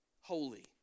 holy